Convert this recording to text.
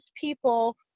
people